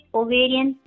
ovarian